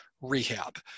rehab